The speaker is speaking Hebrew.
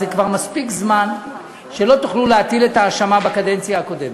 זה כבר מספיק זמן שלא תוכלו להטיל את האשמה על הקדנציה הקודמת.